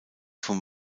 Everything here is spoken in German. vom